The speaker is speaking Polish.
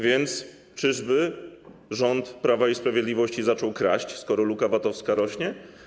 Więc czyżby rząd Prawa i Sprawiedliwości zaczął kraść, skoro luka VAT-owska rośnie?